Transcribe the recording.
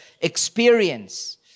experience